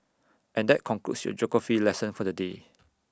and that concludes your geography lesson for the day